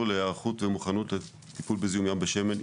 להיערכות ומוכנות לטיפול בזיהום ים בשמן,